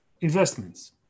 investments